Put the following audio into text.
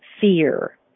fear